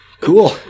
cool